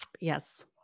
yes